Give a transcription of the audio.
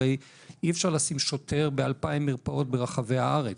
הרי אי-אפשר לשים שוטר ב-2,000 מרפאות ברחבי הארץ,